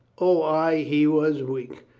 o ay, he was weak.